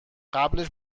قبلش